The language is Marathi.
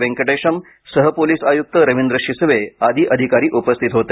वेंकटेशम सह पोलीस आयुक्त रवींद्र शिसवे आदी अधिकारी उपस्थित होते